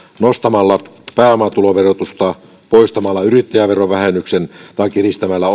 nostamalla pääomatuloverotusta poistamalla yrittäjäverovähennys ja kiristämällä